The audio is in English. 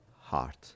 heart